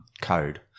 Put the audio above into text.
code